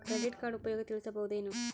Credit card ಉಪಯೋಗ ತಿಳಸಬಹುದೇನು?